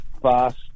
fast